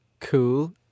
cool